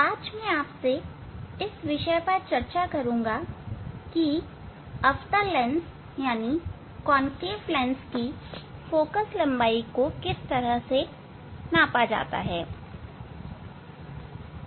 अब मैं यह चर्चा करूंगा कि अवतल लेंस की फोकल लंबाई को कैसे मापते हैं